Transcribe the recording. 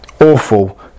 awful